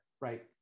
Right